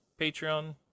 Patreon